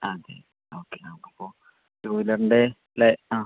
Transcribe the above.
അതെ ഓക്കെ നമുക്കിപ്പോൾ ടു വീലറിൻ്റെ അല്ലേ ആ